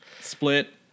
Split